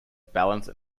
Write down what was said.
balanced